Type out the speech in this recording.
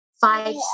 five